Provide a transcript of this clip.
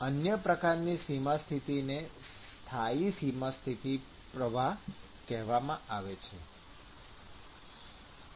અન્ય પ્રકારની સીમા સ્થિતિ ને સ્થાયી સીમા પ્રવાહ કહેવામાં આવે છે